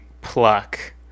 pluck